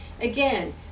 Again